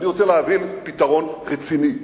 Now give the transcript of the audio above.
אני רוצה להבין פתרון רציני,